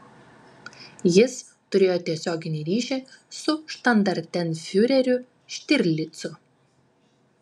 jis turėjo tiesioginį ryšį su štandartenfiureriu štirlicu